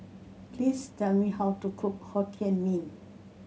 please tell me how to cook Hokkien Mee